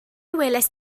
welaist